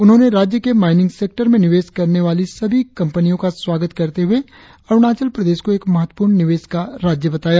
उन्होंने राज्य के माईनिंग सेक्टर में निवेश करने वाली सभी कंपनिया का स्वागत करते हुए अरुणाचल प्रदेश को एक महत्वपूर्ण निवेश का राज्य बताया